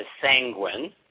sanguine